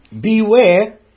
Beware